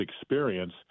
experience